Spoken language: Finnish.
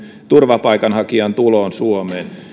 turvapaikanhakijan tuloon suomeen